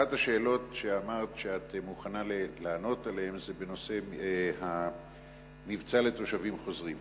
אחת השאלות שאמרת שאת מוכנה לענות עליהן זה בנושא המבצע לתושבים חוזרים.